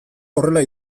horrela